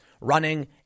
running